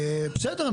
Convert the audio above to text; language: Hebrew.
בסדר,